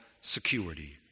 security